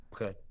Okay